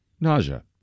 nausea